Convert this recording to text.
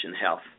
health